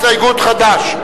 הסתייגות חד"ש.